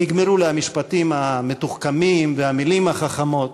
נגמרו לי המשפטים המתוחכמים והמילים החכמות.